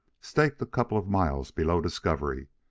staked a couple of miles below discovery,